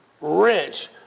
rich